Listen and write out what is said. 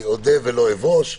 אודה ולא אבוש.